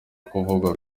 kuvugwa